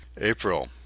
april